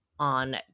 on